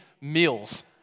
meals